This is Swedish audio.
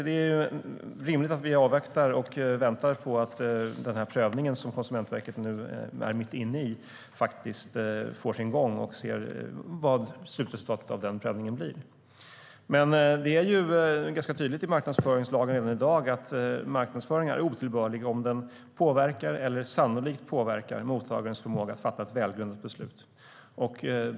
Det är rimligt att vi avvaktar och ser vad slutresultatet blir av den prövning som Konsumentverket nu är mitt inne i. Men det är ganska tydligt i marknadsföringslagen redan i dag att marknadsföring är otillbörlig om den påverkar eller sannolikt påverkar mottagarens förmåga att fatta ett välgrundat beslut.